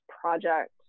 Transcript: project